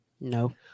No